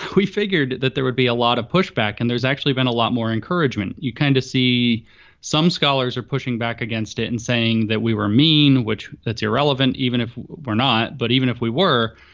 we figured that there would be a lot of pushback. and there's actually been a lot more encouragement. you kind of see some scholars are pushing back against it and saying that we were mean, which that's irrelevant even if we're not. but even if we were,